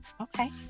Okay